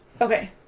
Okay